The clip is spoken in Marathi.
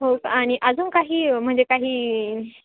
हो का आणि अजून काही म्हणजे काही